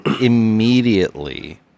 Immediately